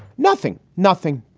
nothing. nothing.